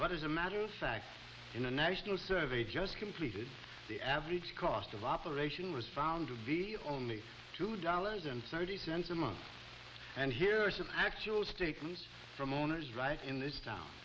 but as a matter of fact in a national survey just completed the average cost of operation was found to be only two dollars and thirty cents a month and here is the actual stake from owners right in this town